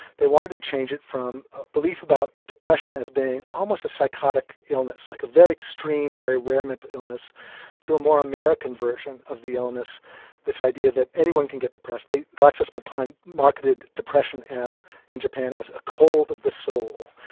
they wanted to change it from belief about depression as being almost a psychotic illness, like a very extreme, very rare mental illness to a more american version of the illness this idea that anyone can get depressed. glaxo smith kline marketed depression in japan as a cold of the soul,